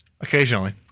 Occasionally